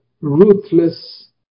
ruthless